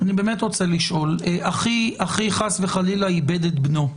אני באמת רוצה לשאול, אחי חס וחלילה איבד את בנו.